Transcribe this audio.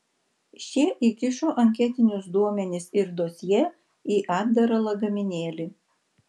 šie įkišo anketinius duomenis ir dosjė į atdarą lagaminėlį